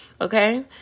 okay